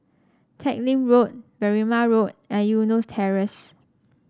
Teck Lim Road Berrima Road and Eunos Terrace